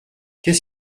qu’est